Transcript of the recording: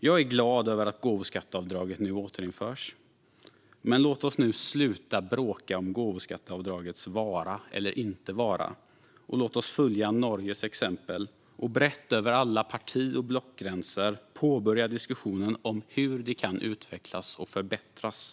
Jag är glad över att gåvoskatteavdraget återinförs. Men låt oss nu sluta att bråka om gåvoskatteavdragets vara eller inte vara. Låt oss följa Norges exempel och brett över alla parti och blockgränser påbörja diskussionen om hur det kan utvecklas och förbättras.